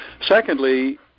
Secondly